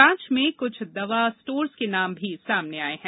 जांच में कुछ दवा स्टोर्स के नाम भी सामने आये हैं